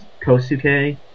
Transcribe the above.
Kosuke